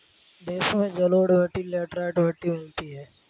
देश में जलोढ़ मिट्टी लेटराइट मिट्टी मिलती है